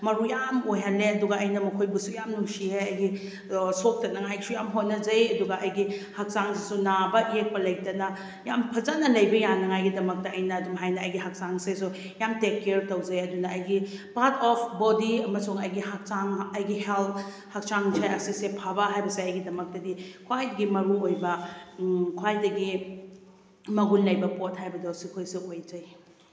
ꯃꯔꯨ ꯌꯥꯝꯅ ꯑꯣꯏꯍꯜꯂꯦ ꯑꯗꯨꯒ ꯑꯩꯅ ꯃꯈꯣꯏꯕꯨꯁꯨ ꯌꯥꯝꯅ ꯅꯨꯡꯁꯤꯌꯦ ꯑꯩꯒꯤ ꯁꯣꯛꯇꯅꯕꯁꯨ ꯌꯥꯝꯅ ꯍꯣꯠꯅꯖꯩ ꯑꯗꯨꯒ ꯑꯩꯒꯤ ꯍꯛꯆꯥꯡꯁꯤꯁꯨ ꯅꯥꯕ ꯌꯦꯛꯄ ꯂꯩꯇꯅ ꯌꯥꯝꯅ ꯐꯖꯅ ꯂꯩꯕ ꯌꯥꯅꯕꯒꯤꯗꯃꯛꯇ ꯑꯩꯅ ꯑꯗꯨꯝꯍꯥꯏꯅ ꯑꯩꯒꯤ ꯍꯛꯆꯥꯡꯁꯤꯁꯨ ꯌꯥꯝꯅ ꯇꯦꯛꯀꯤꯌꯥꯔ ꯇꯧꯖꯩ ꯑꯗꯨꯅ ꯑꯩꯒꯤ ꯄꯥꯔꯠ ꯑꯣꯐ ꯕꯣꯗꯤ ꯑꯃꯁꯨꯡ ꯑꯩꯒꯤ ꯍꯛꯆꯥꯡ ꯑꯩꯒꯤ ꯍꯦꯜꯠ ꯍꯛꯆꯥꯡꯁꯦ ꯑꯁꯤꯁꯦ ꯐꯕ ꯍꯥꯏꯕꯁꯦ ꯑꯩꯒꯤꯗꯃꯛꯇꯗꯤ ꯈ꯭ꯋꯥꯏꯗꯒꯤ ꯃꯔꯨꯑꯣꯏꯕ ꯈ꯭ꯋꯥꯏꯗꯒꯤ ꯃꯒꯨꯜ ꯂꯩꯕ ꯄꯣꯠ ꯍꯥꯏꯕꯗꯣ ꯑꯁꯤꯈꯩꯁꯦ ꯑꯣꯏꯖꯩ